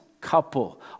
couple